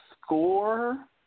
score